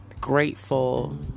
grateful